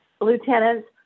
lieutenants